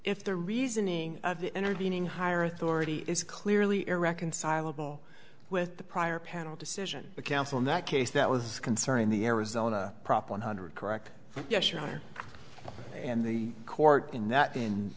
if the reasoning of the intervening higher authority is clearly irreconcilable with the prior panel decision the counsel in that case that was concerning the arizona prop one hundred correct yes your honor and the court in that in